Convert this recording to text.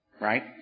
right